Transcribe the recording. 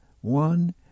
one